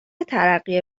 ترقی